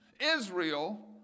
Israel